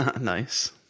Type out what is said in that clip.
Nice